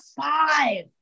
five